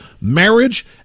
marriage